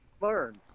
learn